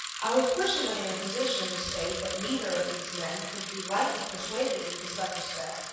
i was personally in a position to state that neither of these men could be lightly persuaded into such a step,